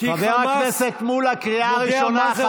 חבר הכנסת מולא, קריאה ראשונה.